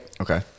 Okay